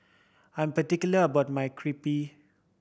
I'm particular about my Crepe